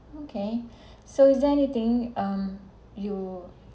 okay so is there anything um you